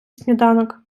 сніданок